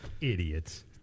Idiots